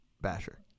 Basher